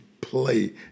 play